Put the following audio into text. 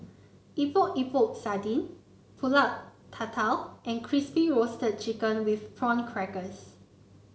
Epok Epok Sardin pulut Tatal and Crispy Roasted Chicken with Prawn Crackers